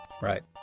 right